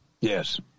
Yes